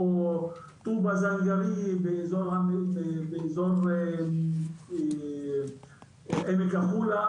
או טובא זנגרייה ואזור עמק החולה,